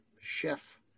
chef